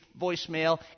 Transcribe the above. voicemail